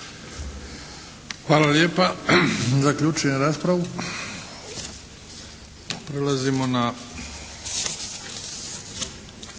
Hvala lijepa. Zaključujem raspravu.